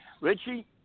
Richie